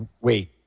wait